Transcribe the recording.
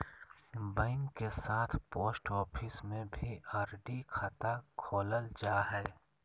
bank के साथ post office में भी आर.डी खाता खोलल जा हइ